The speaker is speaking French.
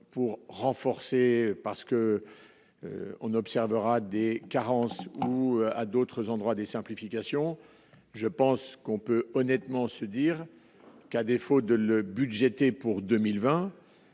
pour renforcer parce que on observera des carences ou à d'autres endroits, des simplifications, je pense qu'on peut honnêtement se dire qu'à défaut de le budgétés pour 2020